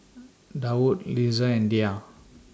Daud Lisa and Dhia